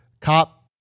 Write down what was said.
cop